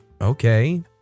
okay